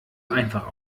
einfach